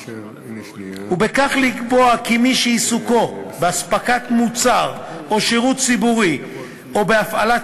ובכך לקבוע כי מי שעיסוקו בהספקת מוצר או שירות ציבורי או בהפעלת